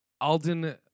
Alden